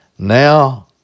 Now